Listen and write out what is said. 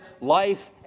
life